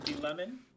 lemon